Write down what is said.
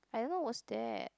I don't know what's that